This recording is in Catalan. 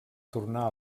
tornar